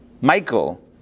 Michael